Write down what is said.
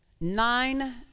Nine